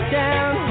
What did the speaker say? down